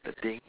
the thing